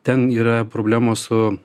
ten yra problemos su